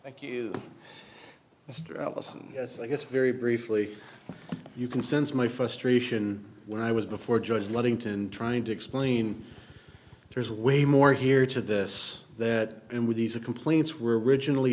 allison yes i guess very briefly you can sense my frustration when i was before judge ludington trying to explain there is way more here to this that and with these the complaints were originally